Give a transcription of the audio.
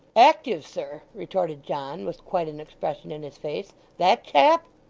active, sir retorted john, with quite an expression in his face that chap!